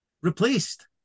replaced